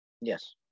Yes